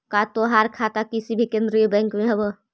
का तोहार खाता किसी केन्द्रीय बैंक में हव